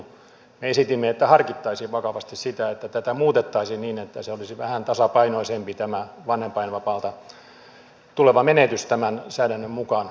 me esitimme että harkittaisiin vakavasti sitä että tätä muutettaisiin niin että tämä vanhempainvapaalta tuleva menetys olisi vähän tasapainoisempi tämän säädännön mukaan